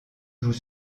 joue